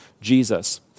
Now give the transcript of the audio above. Jesus